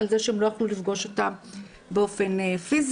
על זה שהם לא יכלו לפגוש אותם באופן פיזי,